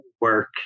work